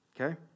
Okay